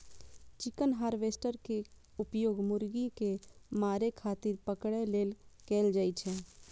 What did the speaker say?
chicken harvester के उपयोग मुर्गी कें मारै खातिर पकड़ै लेल कैल जाइ छै